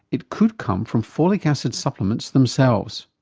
it could come from folic acid supplements themselves.